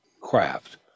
craft